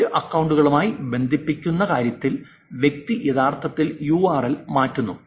മറ്റ് അക്കൌണ്ടുകളുമായി ബന്ധിപ്പിക്കുന്ന കാര്യത്തിൽ വ്യക്തി യഥാർത്ഥത്തിൽ യുആർഎൽ മാറ്റുന്നു